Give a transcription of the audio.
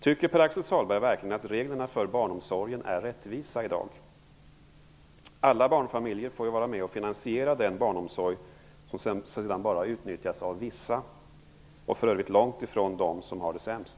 Tycker Pär-Axel Sahlberg verkligen att reglerna för barnomsorgen i dag är rättvisa? Alla barnfamiljer får ju vara med om att finansiera den barnomsorg som sedan utnyttjas bara av vissa, för övrigt långt ifrån av dem som har det sämst.